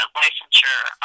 licensure